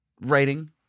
writing